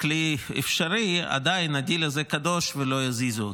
כלי אפשרי עדיין הדיל הזה קדוש ולא יזיזו אותו.